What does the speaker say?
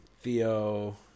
Theo